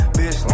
Bitch